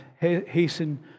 hasten